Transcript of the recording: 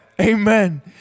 Amen